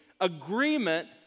agreement